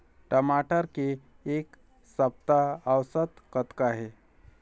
टमाटर के एक सप्ता औसत कतका हे?